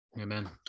Amen